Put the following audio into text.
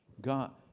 God